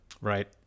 Right